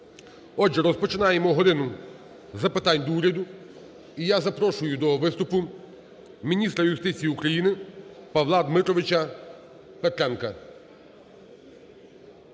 Отже, розпочинаємо "годину запит до Уряду". І я запрошую до виступу міністра юстиції України Павла Дмитровича Петренка.